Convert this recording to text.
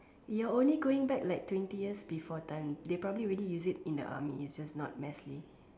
you're only going back like twenty years before time they probably already used it in the army it's just not massly